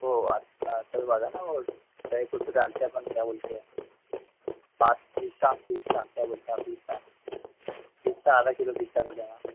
तलवा देना और ड्राई फ्रूट में डालता है अपन क्या बोलते हैं क्या बोलते हैं पात पित्ता पिस्ता क्या बोलते हैं पिस्ता पिस्ता आधा किलो पिस्ता कर देना